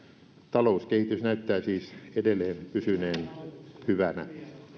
talouskehitys näyttää siis edelleen pysyneen hyvänä